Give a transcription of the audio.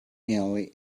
early